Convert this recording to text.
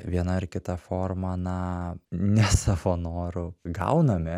viena ar kita forma na ne savo noru gauname